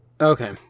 Okay